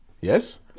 Yes